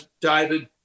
David